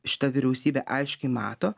šita vyriausybė aiškiai mato